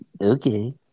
okay